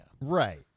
Right